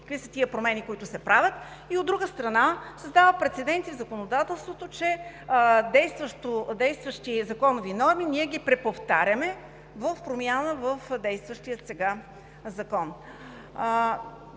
какви са тези промени, които се правят, и, от друга страна, създава прецеденти в законодателството, че действащи законови норми ние ги преповтаряме в промяна в действащия сега закон.